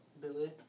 Billy